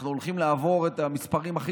ואנחנו הולכים לעבור את המספרים הכי